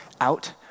out